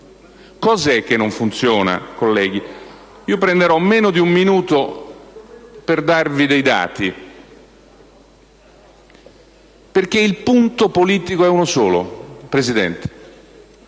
Cosa è che non funziona, colleghi? Prenderò meno di un minuto per darvi dei dati, perché il punto politico è uno solo, Presidente: